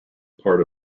part